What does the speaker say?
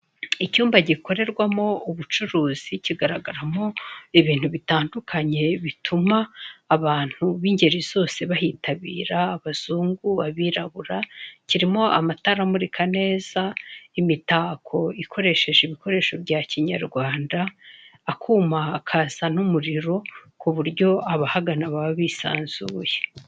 Icyumba gikorerwamo ubucuruzi kigaragaramo ibintu bitandukanye bituma abantu bingeri zose bahitabira , abazungu, abirabura, kirimo amatara amurika neza, imitako ikoresheje ibikoresho bya kinyarwanda, akuma kasana umuriro ku buryo abahagana baba bisanzuye.